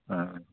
अ